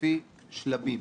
לפי שלבים.